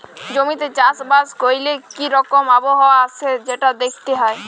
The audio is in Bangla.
জমিতে চাষ বাস ক্যরলে কি রকম আবহাওয়া আসে সেটা দ্যাখতে হ্যয়